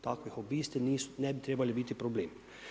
Takvi hobisti ne bi trebali biti problem.